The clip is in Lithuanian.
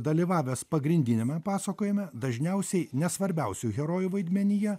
dalyvavęs pagrindiniame pasakojime dažniausiai nesvarbiausių herojų vaidmenyje